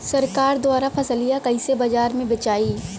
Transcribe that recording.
सरकार द्वारा फसलिया कईसे बाजार में बेचाई?